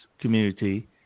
community